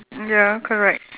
ya correct